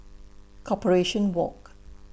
Corporation Walk